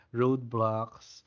roadblocks